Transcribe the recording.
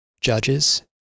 judges